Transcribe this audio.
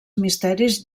misteris